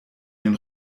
den